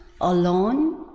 alone